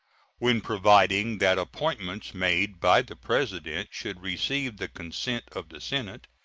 when providing that appointments made by the president should receive the consent of the senate,